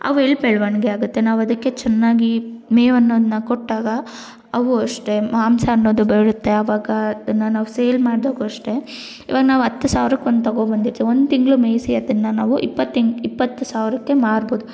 ಅವೆಲ್ಲಿ ಬೆಳವಣ್ಗೆ ಆಗುತ್ತೆ ನಾವು ಅದಕ್ಕೆ ಚೆನ್ನಾಗಿ ಮೇವನ್ನ ಕೊಟ್ಟಾಗ ಅವು ಅಷ್ಟೇ ಮಾಂಸ ಅನ್ನೋದು ಬರುತ್ತೆ ಅವಾಗ ಅದನ್ನ ನಾವು ಸೇಲ್ ಮಾಡಿದಾಗು ಅಷ್ಟೇ ಇವಾಗ ನಾವು ಹತ್ತು ಸಾವಿರಕ್ಕೆ ಒಂದು ತಗೊಬಂದಿರ್ತಿವಿ ಒಂದು ತಿಂಗಳು ಮೇಯಿಸಿ ಅದನ್ನು ನಾವು ಇಪ್ಪತ್ತು ತಿಂಗ್ಳ್ ಇಪ್ಪತ್ತು ಸಾವಿರಕ್ಕೆ ಮಾರ್ಬೋದು